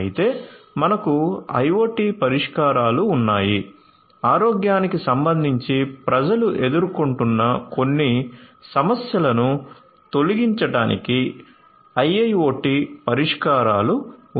అయితే మనకు IOT పరిష్కారాలు ఉన్నాయి ఆరోగ్యానికి సంబంధించి ప్రజలు ఎదుర్కొంటున్న కొన్ని సమస్యలను తొలగించడానికి IIoT పరిష్కారాలు ఉన్నాయి